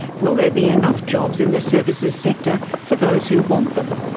will there be enough jobs in the services sector for those who want them?